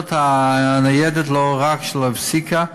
עבודת הניידת לא רק שלא נפסקה,